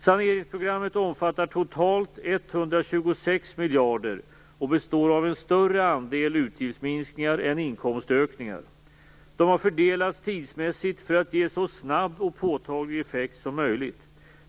Saneringsprogrammet omfattar totalt 126 miljarder och består av en större andel utgiftsminskningar än inkomstökningar. De har fördelats tidsmässigt för att ge så snabb och påtaglig effekt som möjligt.